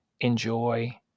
enjoy